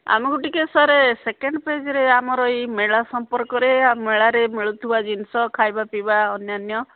ଆମକୁ ଟିକେ sir second ପେଜ୍ରେ ଆମର ଏଇ ମେଳା ସମ୍ପର୍କରେ ମେଳାରେ ମିଳୁଥିବା ଜିନିଷ ଖାଇବା ପିଇବା ଅନ୍ୟାନ୍ୟ